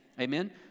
Amen